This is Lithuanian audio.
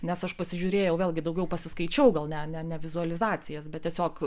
nes aš pasižiūrėjau vėlgi daugiau pasiskaičiau gal ne ne vizualizacijas bet tiesiog